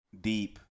deep